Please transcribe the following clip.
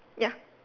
ya